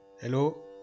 Hello